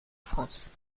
france